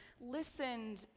listened